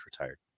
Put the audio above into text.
retired